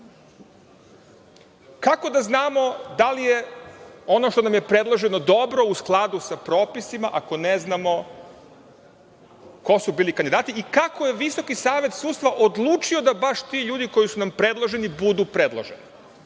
Kako da znamo da li je ono što nam je predloženo dobro, u skladu sa propisima, ako ne znamo ko su bili kandidati i kako je Visoki savet sudstva odlučio da baš ti ljudi koji su nam predloženi budu predloženi?